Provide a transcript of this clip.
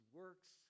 works